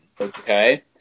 okay